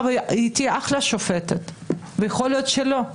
והיה תהיה שופטת מצוינת ויכול להיות שלא.